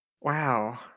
Wow